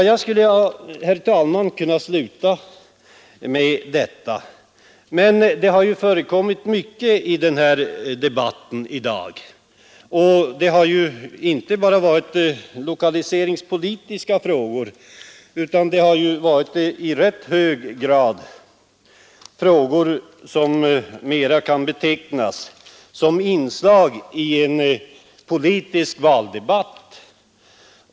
Jag skulle, herr talman, kunna sluta med detta, men många frågor har förekommit i denna debatt i dag. Det har inte bara varit lokaliseringspolitiska frågor utan även i rätt hög grad frågor som mera kan betecknas såsom inslag i en politisk valdebatt.